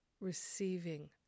receiving